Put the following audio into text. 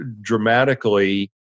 dramatically